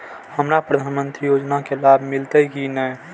हमरा प्रधानमंत्री योजना के लाभ मिलते की ने?